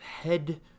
head